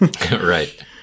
Right